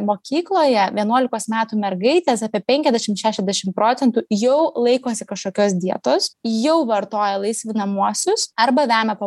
mokykloje vienuolikos metų mergaitės apie penkiasdešim šešiasdešim procentų jau laikosi kažkokios dietos jau vartoja laisvinamuosius arba vemia po